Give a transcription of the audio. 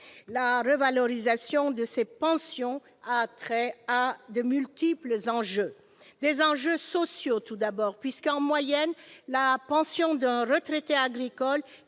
La revalorisation de ces pensions a trait à de multiples enjeux. Des enjeux sociaux tout d'abord, puisque la pension d'un retraité agricole